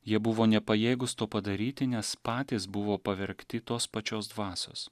jie buvo nepajėgūs to padaryti nes patys buvo pavergti tos pačios dvasios